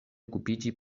okupiĝi